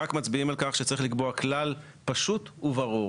כולם מצביעים על כך שצריך לקבוע כלל פשוט וברור